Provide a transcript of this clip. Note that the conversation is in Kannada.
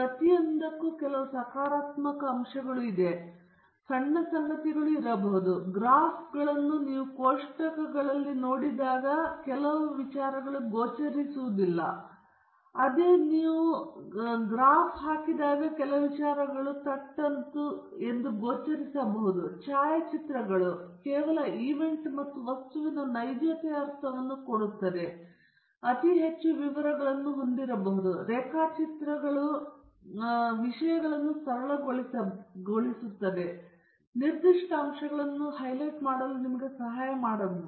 ಮತ್ತು ಅವುಗಳಲ್ಲಿ ಪ್ರತಿಯೊಂದೂ ಇದಕ್ಕೆ ಕೆಲವು ಸಕಾರಾತ್ಮಕ ಅಂಶಗಳನ್ನು ಹೊಂದಿದೆ ಮತ್ತು ಕೆಲವು ಸಣ್ಣ ಸಂಗತಿಗಳು ಇರಬಹುದು ಗ್ರಾಫ್ಗಳು ನೀವು ಕೋಷ್ಟಕಗಳನ್ನು ನೋಡಿದಾಗ ಗೋಚರಿಸದ ಕೆಲವು ಪ್ರವೃತ್ತಿಗಳನ್ನು ತೋರಿಸುತ್ತವೆ ಛಾಯಾಚಿತ್ರಗಳು ಕೆಲವು ಈವೆಂಟ್ ಅಥವಾ ವಸ್ತುವಿನ ನೈಜತೆಯ ಒಂದು ಅರ್ಥವನ್ನು ನೀಡುತ್ತದೆ ಆದರೆ ಅವುಗಳು ಅತೀ ಹೆಚ್ಚು ವಿವರಗಳನ್ನು ಹೊಂದಿರಬಹುದು ರೇಖಾಚಿತ್ರಗಳು ವಿಷಯಗಳನ್ನು ಸರಳಗೊಳಿಸಬಹುದು ಮತ್ತು ನಿರ್ದಿಷ್ಟ ಅಂಶಗಳನ್ನು ಹೈಲೈಟ್ ಮಾಡಲು ನಿಮಗೆ ಸಹಾಯ ಮಾಡಬಹುದು